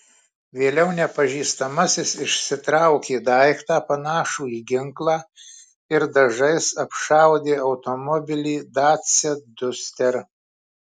vėliau nepažįstamasis išsitraukė daiktą panašų į ginklą ir dažais apšaudė automobilį dacia duster